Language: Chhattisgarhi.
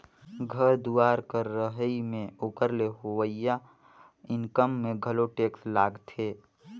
घर दुवार कर रहई में ओकर ले होवइया इनकम में घलो टेक्स लागथें